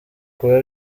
kuba